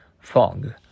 Fog